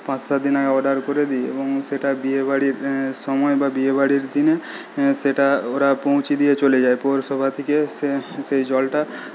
পাঁচ সাতদিন আগে অর্ডার করে দিই এবং সেটা বিয়েবাড়ির সময়ে বা বিয়েবাড়ির দিনে সেটা ওরা পৌঁছে দিয়ে চলে যায় পৌরসভা থেকে সে সেই জলটা